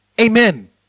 Amen